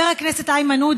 יהיה כוח בלתי מוגבל.